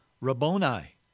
Rabboni